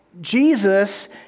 Jesus